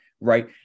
right